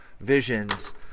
visions